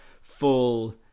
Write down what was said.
full